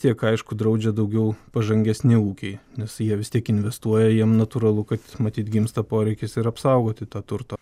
tiek aišku draudžia daugiau pažangesni ūkiai nes jie vis tiek investuoja jiem natūralu kad matyt gimsta poreikis ir apsaugoti tą turtą